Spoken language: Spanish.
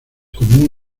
común